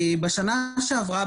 בשנה שעברה,